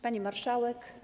Pani Marszałek!